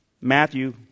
Matthew